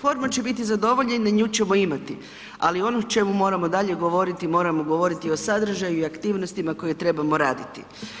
Forma će biti zadovoljena, nju ćemo imati ali ono o čemu moramo i dalje govoriti, moramo govoriti o sadržaju i aktivnostima koje trebamo raditi.